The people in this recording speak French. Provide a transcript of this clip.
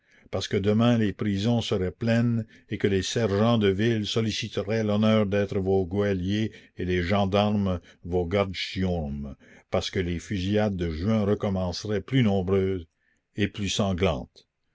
parce que demain les prisons seraient la commune pleines et que les sergents de ville solliciteraient l'honneur d'être vos geôliers et les gendarmes vos gardes chiourme parce que les fusillades de juin recommenceraient plus nombreuses et plus sanglantes